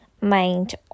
mind